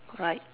right